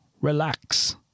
relax